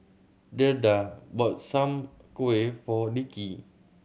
Dedra bought Soon Kuih for Dickie